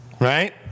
right